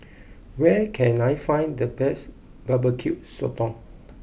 where can I find the best Barbecue Sotong